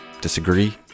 Disagree